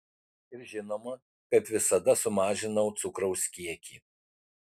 ir žinoma kaip visada sumažinau cukraus kiekį